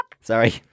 Sorry